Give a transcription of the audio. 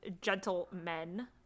gentlemen